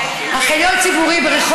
רוב התעריפים הם של העירייה.